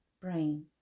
brain